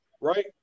right